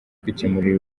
kwikemurira